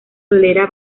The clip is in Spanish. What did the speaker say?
tolera